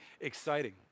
exciting